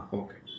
okay